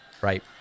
right